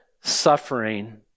suffering